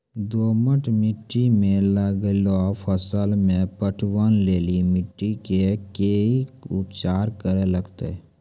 दोमट मिट्टी मे लागलो फसल मे पटवन लेली मिट्टी के की उपचार करे लगते?